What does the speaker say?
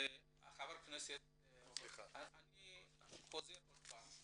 חבר הכנסת טיבייב, אני חוזר שוב.